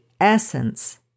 essence